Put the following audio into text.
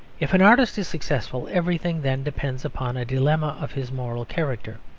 if an artist is successful, everything then depends upon a dilemma of his moral character.